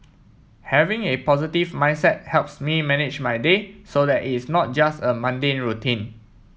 having a positive mindset helps me manage my day so that is not just a mundane routine